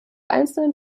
einzelnen